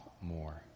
more